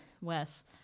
Wes